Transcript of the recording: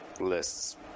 lists